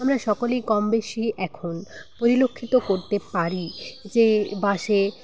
আমরা সকলেই কম বেশি এখন পরিলক্ষিত করতে পারি যে বাসে